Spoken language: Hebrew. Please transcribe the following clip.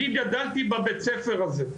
אני גדלתי בבית ספר הזה.